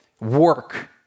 work